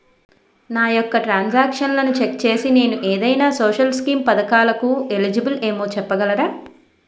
నా యెక్క ట్రాన్స్ ఆక్షన్లను చెక్ చేసి నేను ఏదైనా సోషల్ స్కీం పథకాలు కు ఎలిజిబుల్ ఏమో చెప్పగలరా?